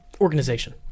organization